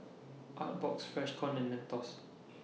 Artbox Freshkon and Mentos